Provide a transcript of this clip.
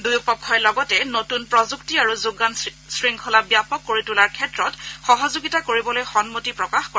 দুয়োপক্ষই লগতে নতুন প্ৰযুক্তি আৰু যোগান শৃংখলা ব্যাপক কৰি তোলাৰ ক্ষেত্ৰত সহযোগিতা কৰিবলৈ সন্মতি প্ৰকাশ কৰে